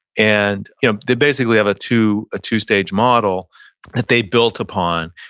and you know they basically have a two two stage model that they built upon,